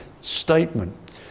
statement